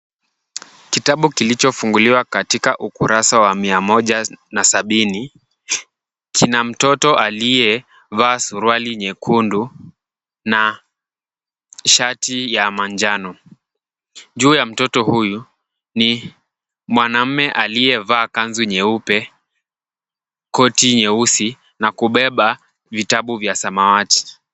Kitabu kilichofunguliwa katika ukurasa wa mia moja na sabini kina mtoto aliyevaa suruali nyekundu na shati ya manjano. Juu ya mtoto huyu ni mwanamme aliyevaa kanzu nyeupe koti nyeusi na kubeba vitabu vya samawati.